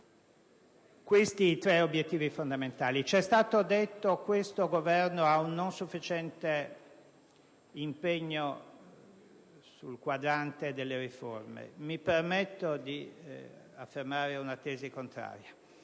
sono i tre obiettivi fondamentali. Ci è stato detto che questo Governo non è caratterizzato da un sufficiente impegno sul quadrante delle riforme. Mi permetto di affermare una tesi contraria.